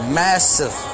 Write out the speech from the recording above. massive